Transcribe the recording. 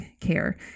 care